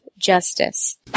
Justice